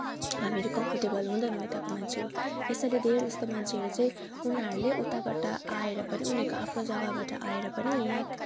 हामीहरू कम्फोर्टेबल हुदैनौँ यताको मान्छेहरू यसरी धेरै जस्तो मान्छेहरू चाहिँ उनीहरूले उताबाट आएर पनि उनीहरूको आफ्नो जग्गाबाट आएर पनि यहाँ